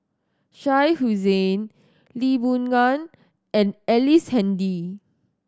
Shah Hussain Lee Boon Ngan and Ellice Handy